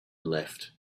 left